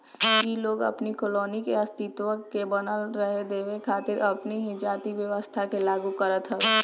इ लोग अपनी कॉलोनी के अस्तित्व के बनल रहे देवे खातिर अपनी में जाति व्यवस्था के लागू करत हवे